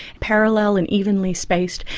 parallel and evenly spaced,